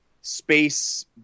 space